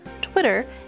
Twitter